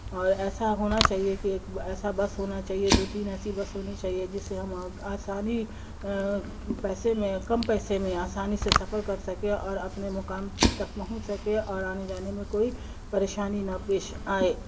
اور ایسا ہونا چاہیے کہ ایک ایسا بس ہونا چاہیے دو تین ایسی بس ہونی چاہیے جس سے ہم آسانی پیسے میں کم پیسے میں آسانی سے سفر کر سکے اور اپنے مقام تک پہنچ سکے اور آنے جانے میں کوئی پریشانی نہ پیش آئے